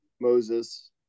Moses